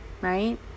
Right